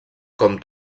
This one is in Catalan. com